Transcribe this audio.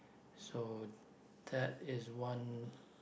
so that is one